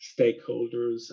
stakeholders